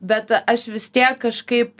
bet aš vis tiek kažkaip